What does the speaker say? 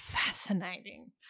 Fascinating